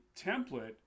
template